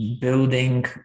building